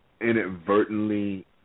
inadvertently